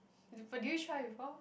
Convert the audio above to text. but did you try before